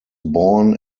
born